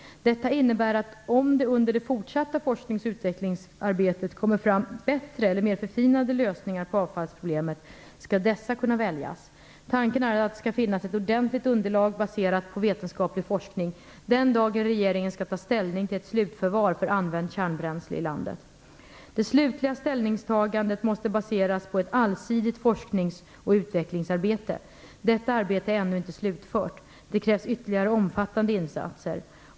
Detta innebär, att om det under det fortsatta forsknings och utvecklingsarbetet kommer fram bättre eller mera förfinade lösningar på avfallsproblemet skall dessa kunna väljas. Tanken är att det skall finnas ett ordentligt underlag baserat på vetenskaplig forskning den dagen regeringen skall ta ställning till ett slutförvar för använt kärnbränsle i landet. Det slutliga ställningstagandet måste baseras på ett allsidigt forsknings och utvecklingsarbete. Detta arbete är ännu inte slutfört. Det krävs ytterligare omfattande insatser.